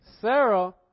Sarah